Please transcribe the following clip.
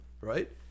right